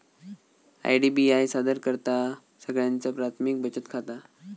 IDBI सादर करतहा सगळ्यांचा प्राथमिक बचत खाता